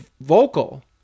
vocal